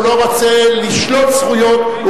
הוא לא רוצה לשלול זכויות,